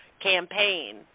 campaign